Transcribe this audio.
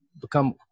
become